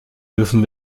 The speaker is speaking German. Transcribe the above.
dürfen